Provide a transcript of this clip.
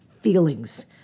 feelings